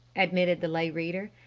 admitted the lay reader.